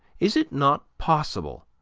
is it not possible